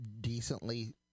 decently